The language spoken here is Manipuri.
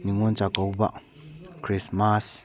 ꯅꯤꯡꯉꯣꯟ ꯆꯥꯛꯀꯧꯕ ꯈ꯭ꯔꯤꯁꯃꯥꯁ